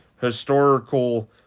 historical